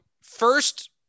first